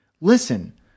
Listen